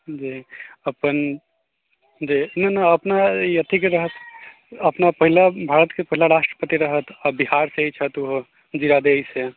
जे अपन जे नहि नहि अपना अथीके रहथि अपना पहिला भारतके पहिला राष्ट्रपति रहथि आओर बिहारसँ ही छथि ओहो जीरादेइसँ